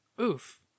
Oof